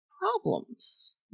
problems